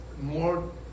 more